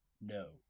No